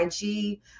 IG